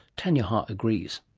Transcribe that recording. tanya ha agrees.